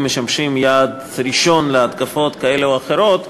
משמשים יעד ראשון להתקפות כאלה ואחרות.